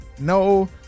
No